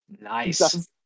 Nice